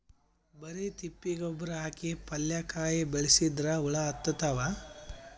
ಬರಿ ತಿಪ್ಪಿ ಗೊಬ್ಬರ ಹಾಕಿ ಪಲ್ಯಾಕಾಯಿ ಬೆಳಸಿದ್ರ ಹುಳ ಹತ್ತತಾವ?